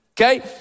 Okay